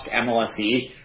MLSE